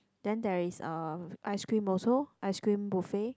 then there is uh ice cream also ice cream buffet